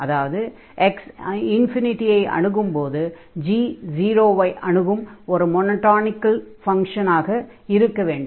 அதாவது x ஐ அணுகும்போது g 0 ஐ அணுகும் ஒரு மொனொடானிக் ஃபங்ஷனாக இருக்க வேண்டும்